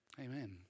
Amen